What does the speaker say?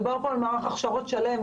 מדובר פה על מערך הכשרות שלם,